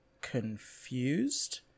confused